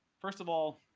first of all,